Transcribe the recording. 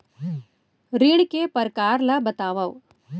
ऋण के परकार ल बतावव?